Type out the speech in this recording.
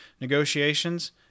negotiations